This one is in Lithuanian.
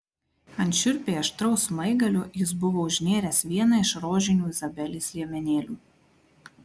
ant šiurpiai aštraus smaigalio jis buvo užnėręs vieną iš rožinių izabelės liemenėlių